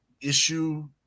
issue